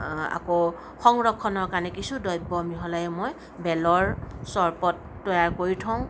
আকৌ সংৰক্ষণৰ কাৰণে কিছু দব্য মিহলাই মই বেলৰ চৰবত তৈয়াৰ কৰি থওঁ